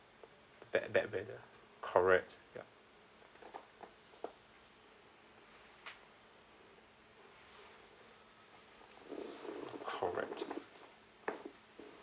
back back back ya correct ya correct